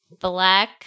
black